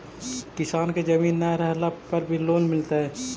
किसान के जमीन न रहला पर भी लोन मिलतइ?